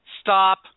Stop